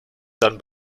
done